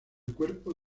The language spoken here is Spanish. cuerpo